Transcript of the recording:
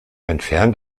entfernt